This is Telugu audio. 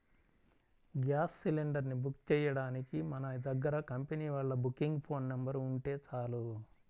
గ్యాస్ సిలిండర్ ని బుక్ చెయ్యడానికి మన దగ్గర కంపెనీ వాళ్ళ బుకింగ్ ఫోన్ నెంబర్ ఉంటే చాలు